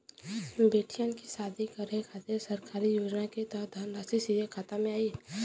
बेटियन के शादी करे के खातिर सरकारी योजना के तहत धनराशि सीधे खाता मे आई?